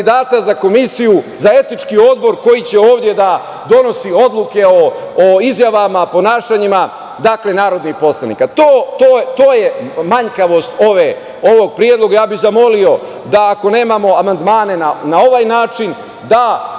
kandidata za komisiju, za etički Odbor koji će ovde da donosi odluke o izjavama, ponašanjima narodnih poslanika. To je manjkavost ovog predloga. Ja bih zamolio da ako nemamo amandmane na ovaj način, da